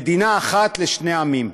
מדינה אחת לשני עמים.